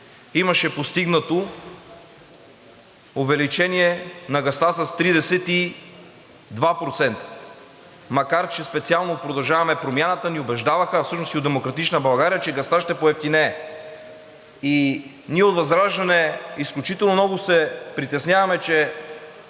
имаше постигнато увеличение на газа с 32%, макар че специално „Продължаваме Промяната“ ни убеждаваха, а всъщност и от „Демократична България“, че газът ще поевтинее и ние от ВЪЗРАЖДАНЕ изключително много се притесняваме, че